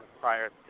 prior